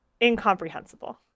incomprehensible